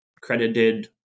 credited